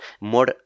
more